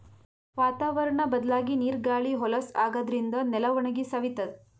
ವಾತಾವರ್ಣ್ ಬದ್ಲಾಗಿ ನೀರ್ ಗಾಳಿ ಹೊಲಸ್ ಆಗಾದ್ರಿನ್ದ ನೆಲ ಒಣಗಿ ಸವಿತದ್